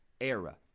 era